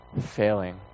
failing